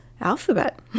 alphabet